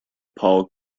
paul